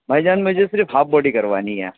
بھائی جان مجھے صرف ہاف باڈی کروانی ہے